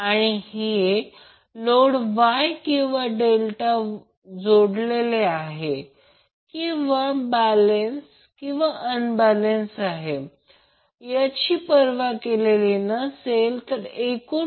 आता दुसरी गोष्ट PT Ia2 RA Ib2 RB Ic2 RC आहे फेज A चा रेजिस्टन्स RA आहे फेज B चा रेजिस्टन्स RB आहे नंतर फेज C चा रेजिस्टन्स RC आहे